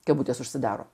kabutės užsidaro